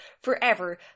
forever